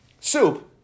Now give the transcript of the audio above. Soup